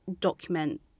document